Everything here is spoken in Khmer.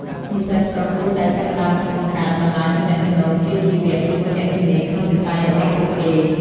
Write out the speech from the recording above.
និស្សិតក៏គួរតែចាប់ផ្តើមបង្កើតបណ្តាញទំនាក់ទំនងវិជ្ជាជីវៈ ជាមួយអ្នកជំនាញក្នុងវិស័យរបស់ពួកគេ។